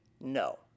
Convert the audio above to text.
No